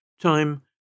Time